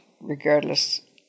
regardless